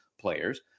players